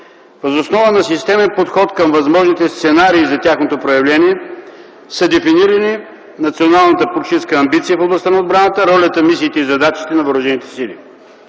сигурност, на системен подход към възможните сценарии за тяхното проявление са дефинирани националната политическа амбиция в областта на отбраната, ролята, мисиите и задачите на